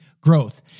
growth